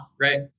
right